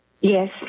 Yes